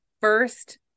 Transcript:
first